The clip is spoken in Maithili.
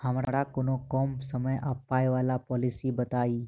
हमरा कोनो कम समय आ पाई वला पोलिसी बताई?